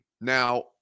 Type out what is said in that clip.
Now